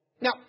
Now